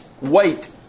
wait